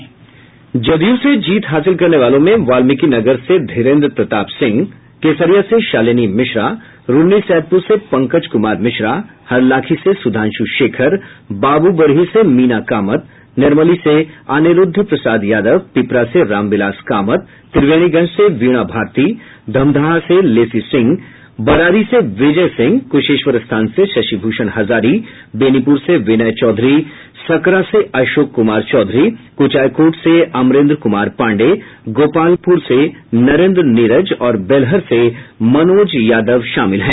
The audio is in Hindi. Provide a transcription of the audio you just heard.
जदयू से जीत हासिल करने वालों में वाल्मीकिनगर से धीरेन्द्र प्रताप सिंह केसरिया से शालिनी मिश्रा रून्नीसैदपुर से पंकज कुमार मिश्रा हरलाखी से सुधांशु शेखर बाबूबरही से मीना कामत निर्मली से अनिरूद्ध प्रसाद यादव पिपरा से राम विलास कामत त्रिवेणीगंज से वीणा भारती धमदाहा से लेसी सिंह बरारी से विजय सिंह कुशेश्वर स्थान से शशि भूषण हजारी बेनीपुर से बिनय चौधरी सकरा से अशोक कुमार चौधरी कुचायकोट से अमेन्द्र कुमार पांडेय गोपालपुर से नरेन्द्र नीरज और बेलहर से मनोज यादव शामिल हैं